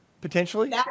potentially